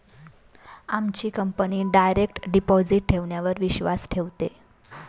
आमची company direct deposit ठेवण्यावर विश्वास ठेवते